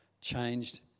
changed